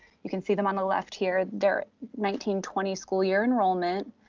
you can see them on the left here, their nineteen twenty school year enrollment,